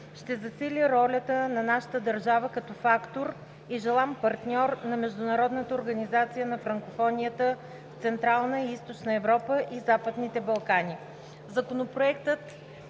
ще засили ролята на нашата държава като фактор и желан партньор на Международната организация на франкофонията в Централна и Източна Европа и Западните Балкани.